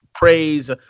praise